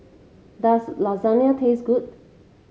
does Lasagna taste good